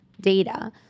data